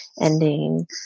ending